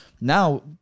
now